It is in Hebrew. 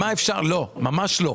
ממש לא.